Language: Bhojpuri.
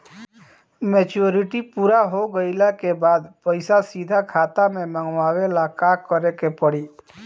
मेचूरिटि पूरा हो गइला के बाद पईसा सीधे खाता में मँगवाए ला का करे के पड़ी?